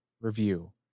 review